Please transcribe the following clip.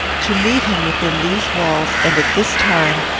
to meet him within these walls, and at this time,